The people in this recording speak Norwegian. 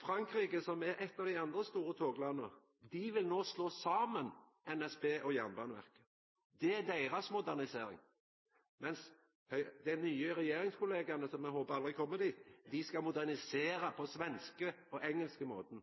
Frankrike, som er eit av dei andre store toglanda, vil no slå saman NSB og Jernbaneverket, det er deira modernisering. Dei nye regjeringskollegaene som eg håpar aldri kjem i regjering, dei skal modernisera på den svenske og engelske måten.